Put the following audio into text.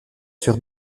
sur